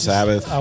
Sabbath